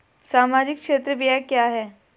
सामाजिक क्षेत्र व्यय क्या है?